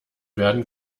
werden